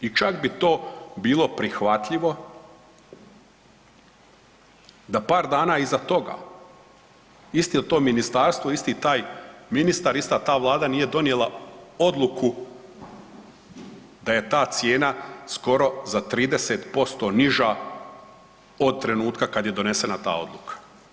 I čak bi to bilo prihvatljivo da par dana iza toga isto to ministarstvo, isti taj ministar, ista ta vlada nije donijela odluku da je ta cijena skoro za 30% niža od trenutka kada je donesena ta odluka.